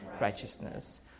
righteousness